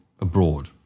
abroad